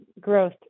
growth